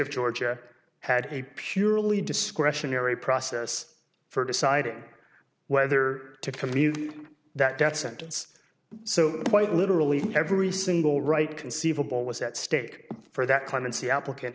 of georgia had a purely discretionary process for deciding whether to commute that death sentence so quite literally every single right conceivable was at stake for that clemency applicant